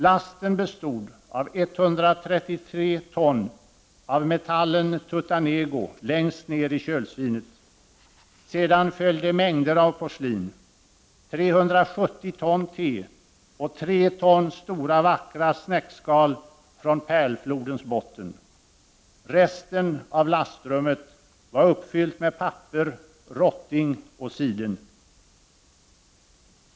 Lasten bestod av 133 ton av metallen tuttanego längst ner i kölsvinet. Sedan följde mängder av porslin, 370 ton te och 3 ton stora, vackra snäckskal från Pärlflodens botten. Resten av lastrummet var uppfyllt med papper, rotting och siden.